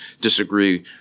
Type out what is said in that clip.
disagree